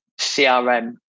CRM